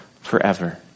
forever